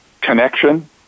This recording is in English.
connection